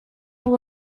will